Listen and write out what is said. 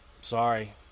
Sorry